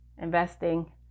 investing